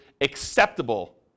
acceptable